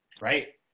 right